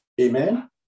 Amen